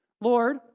Lord